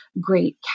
great